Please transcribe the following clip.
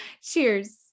Cheers